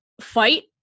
fight